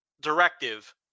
directive